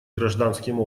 гражданским